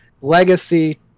legacy